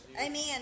Amen